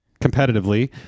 Competitively